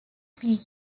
peak